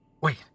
Wait